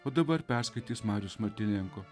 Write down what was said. o dabar perskaitys marius martynenko